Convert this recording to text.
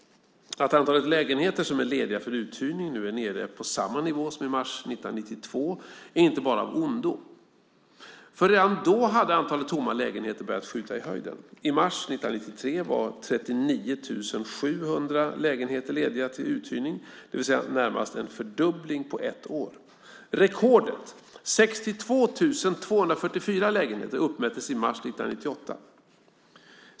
Att antalet lägenheter som är lediga för uthyrning nu är nere på samma nivå som i mars 1992 är inte bara av ondo, för redan då hade antalet tomma lägenheter börjat skjuta i höjden. I mars 1993 var 39 700 lägenheter lediga till uthyrning, det vill säga närmast en fördubbling på ett år. "Rekordet" - 62 244 lägenheter - uppmättes i mars 1998.